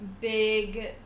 big